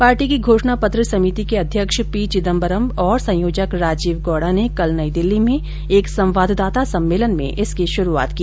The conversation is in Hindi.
पार्टी की घोषणा पत्र समिति के अध्यक्ष पी चिदम्बरम और संयोजक राजीव गोड़ा ने कल नई दिल्ली में एक संवाददाता सम्मेलन में इसकी शुरूआत की